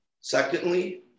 Secondly